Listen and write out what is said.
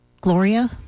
Gloria